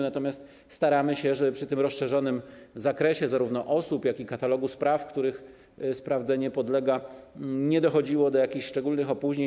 Natomiast staramy się, żeby przy tym rozszerzonym zarówno zakresie osób, jak i katalogu spraw, których sprawdzenie podlega, nie dochodziło do jakichś szczególnych opóźnień.